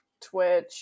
Twitch